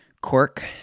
quirk